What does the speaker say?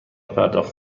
پرداخت